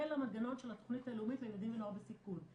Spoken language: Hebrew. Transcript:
למנגנון של התכנית הלאומית לילדים ונוער בסיכון.